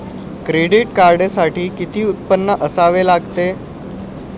Credit कार्डसाठी किती उत्पन्न असावे लागते?